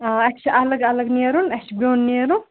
ٲں اسہِ چھُ اَلگ اَلگ نیرُن اسہِ چھُ بیٚۄن نیرُن